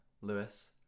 Lewis